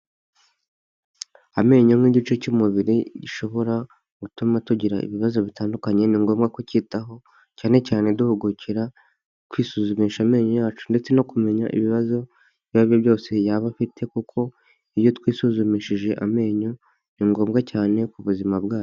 Amenyo nk'igice cy'umubiri gishobora gutuma tugira ibibazo bitandukanye, ni ngombwa kukitaho cyane cyane duhugukira kwisuzumisha amenyo yacu, ndetse no kumenya ibibazo ibyo aribyo byose yaba afite kuko iyo twisuzumishije amenyo ni ngombwa cyane ku buzima bwacu.